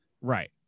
Right